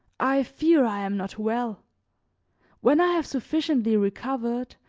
i fear i am not well when i have sufficiently recovered,